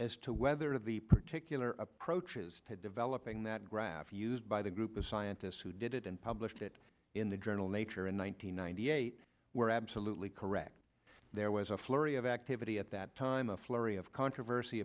as to whether the particular approaches to developing that graph used by the group of scientists who did it and published it in the journal nature in one nine hundred ninety eight were absolutely correct there was a flurry of activity at that time a flurry of controversy